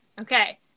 Okay